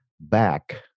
back